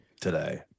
today